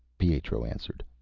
pietro answered.